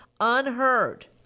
Unheard